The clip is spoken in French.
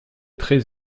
traits